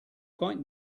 quite